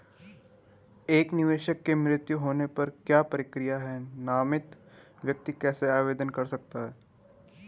एक निवेशक के मृत्यु होने पर क्या प्रक्रिया है नामित व्यक्ति कैसे आवेदन कर सकता है?